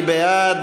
מי בעד?